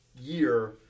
year